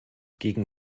gegen